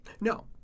No